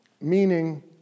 meaning